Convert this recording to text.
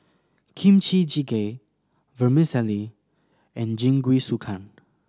Kimchi Jjigae Vermicelli and Jingisukan